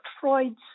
Freud's